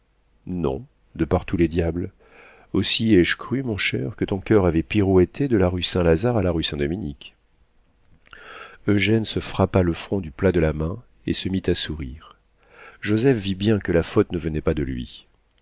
non de par tous les diables aussi ai-je cru mon cher que ton coeur avait pirouetté de la rue saint-lazare à la rue saint-dominique eugène se frappa le front du plat de la main et se mit à sourire joseph vit bien que la faute ne venait pas de lui